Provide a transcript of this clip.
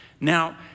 Now